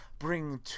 Bring